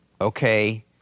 Okay